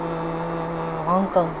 Hong Kong